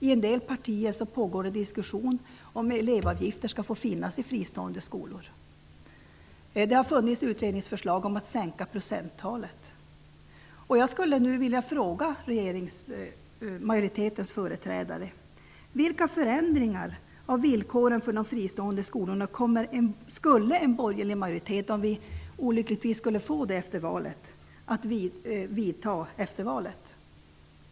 I en del partier pågår det diskussion om elevavgifter skall få finnas i fristående skolor. Det har funnits utredningsförslag om att sänka procenttalet. Jag skulle vilja fråga regeringsmajoritetens företrädare följande: Vilka förändringar av villkoren för de fristående skolorna skulle en borgerlig majoritet, om vi olyckligtvis skulle få en sådan, vidta efter valet?